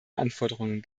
anforderungen